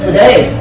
Today